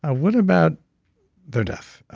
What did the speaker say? ah what about their death?